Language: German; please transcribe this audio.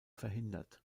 verhindert